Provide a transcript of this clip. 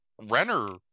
renner